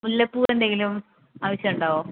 മുല്ലപ്പൂ എന്തെങ്കിലും ആവശ്യമുണ്ടാകുവോ